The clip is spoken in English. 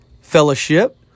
fellowship